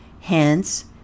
Hence